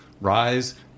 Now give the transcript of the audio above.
Rise